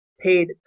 Paid